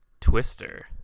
Twister